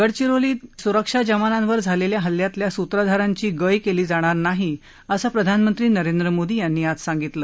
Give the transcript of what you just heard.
गडचिरोलीत स्रक्षा जवानांवर झालेल्या हल्ल्यातल्या स्त्रधारांची गय केली जाणार नाही असं प्रधानमंत्री नरेंद्र मोदी यांनी आज सांगितलं